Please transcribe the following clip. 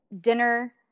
dinner